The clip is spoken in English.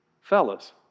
Fellas